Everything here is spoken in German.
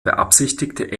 beabsichtigte